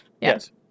Yes